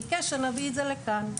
ביקש שנביא אותם לכאן.